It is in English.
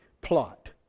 plot